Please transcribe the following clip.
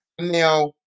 Now